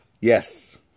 Yes